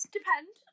depend